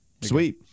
sweet